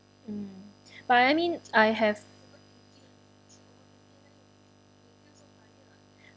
mm but I mean I have